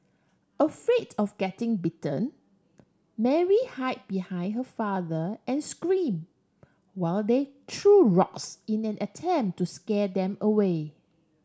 afraid of getting bitten Mary hide behind her father and scream while they threw rocks in an attempt to scare them away